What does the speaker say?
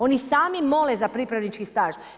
Oni sami mole za pripravnički staž.